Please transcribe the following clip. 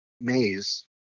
maze